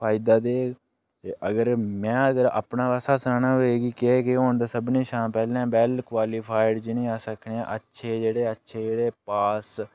फायदा देग ते अगर में अगर अपना पासा सनाना होऐ कि केह् केह् होना ते सभनीं शा पैह्लें वेल क्वालीफाइड जि'नें ई अस आखने आं अच्छे जेह्ड़े अच्छे जेह्ड़े पास